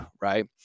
right